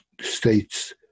states